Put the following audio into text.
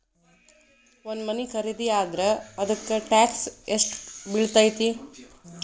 ಒಂದ್ ಮನಿ ಖರಿದಿಯಾದ್ರ ಅದಕ್ಕ ಟ್ಯಾಕ್ಸ್ ಯೆಷ್ಟ್ ಬಿಳ್ತೆತಿ?